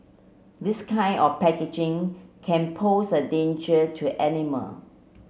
this kind of packaging can pose a danger to animal